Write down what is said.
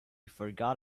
forgot